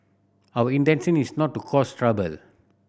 our intention is not to cause trouble